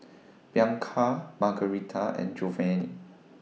Bianca Margarita and Giovanny